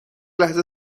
لحظه